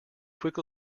quick